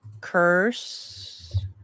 curse